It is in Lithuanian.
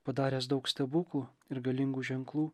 padaręs daug stebuklų ir galingų ženklų